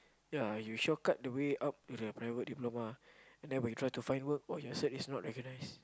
ya you short cut the way out with your private diploma and then when you try to find work all your cert is not recognised